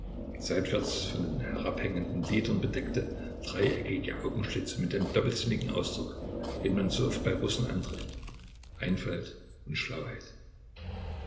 seitwärts von den herabhängenden lidern bedeckte dreieckige augenschlitze mit dem doppelsinnigen ausdruck den man so oft bei russen antrifft einfalt und